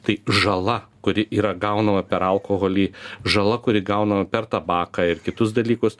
tai žala kuri yra gaunama per alkoholį žala kuri gaunama per tabaką ir kitus dalykus